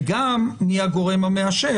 -- וגם מי הגורם המאשר.